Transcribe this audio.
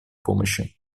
помощи